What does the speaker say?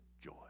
joy